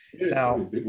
Now